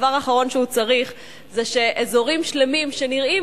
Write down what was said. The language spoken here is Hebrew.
הדבר האחרון שהוא צריך זה שאזורים שלמים שנראים